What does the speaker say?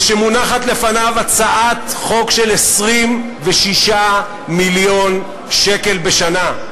וכשמונחת לפניו הצעת חוק של 26 מיליון שקלים בשנה,